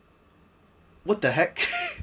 what the heck